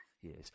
Yes